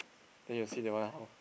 then you see that one how